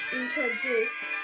introduced